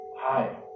Hi